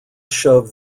shove